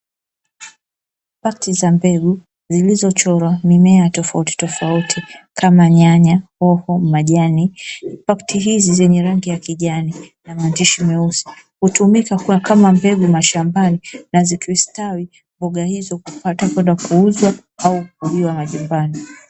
Pakti za mbegu, zilizochorwa mimea tofauti tofauti kama nyanya ,hoho, majani. Pakti hizi zenye rangi ya kijani na maandishi meusi hutumika kua kama mbegu mashambani na zikistawi mboga hizo kupatwa kwenda kuuzwa au kuliwa majumbani.